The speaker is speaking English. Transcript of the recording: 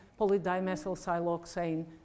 polydimethylsiloxane